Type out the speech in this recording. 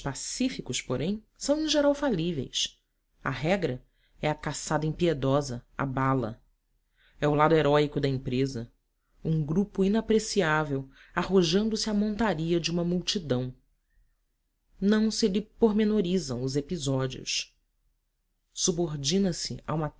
pacíficos porém são em geral falíveis a regra é a caçada impiedosa à bala é o lado heróico da empresa um grupo inapreciável arrojando se à montaria de uma multidão não se lhe pormenorizam os episódios subordina se a uma